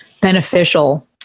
beneficial